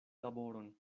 laboron